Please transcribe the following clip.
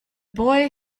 boy